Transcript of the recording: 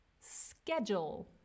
schedule